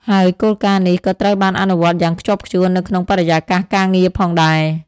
ហើយគោលការណ៍នេះក៏ត្រូវបានអនុវត្តយ៉ាងខ្ជាប់ខ្ជួននៅក្នុងបរិយាកាសការងារផងដែរ។